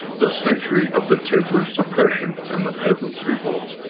the century of the templar suppression and the peasants' revolt.